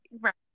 Right